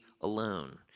alone